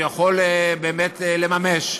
הוא יכול באמת לממש.